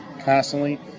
constantly